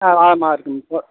ஆ ஆமாம் இருக்குதுங்க பொ